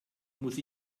muss